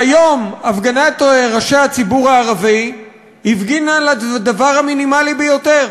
והיום ראשי הציבור הערבי הפגינו על הדבר המינימלי ביותר.